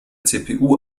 cpu